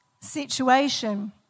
situation